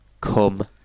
Come